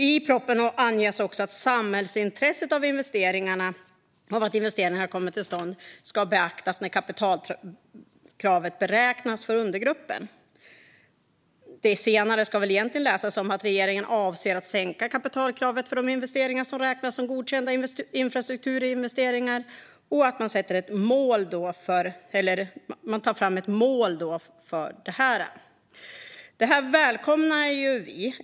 I propositionen anges också att samhällsintresset av att investeringarna kommer till stånd ska beaktas när kapitalkravet beräknas för undergruppen. Det senare ska väl egentligen läsas som att regeringen avser att sänka kapitalkravet för de investeringar som räknas som godkända infrastrukturinvesteringar och att man tar fram ett mål för detta. Vi välkomnar detta.